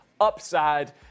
upside